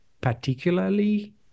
particularly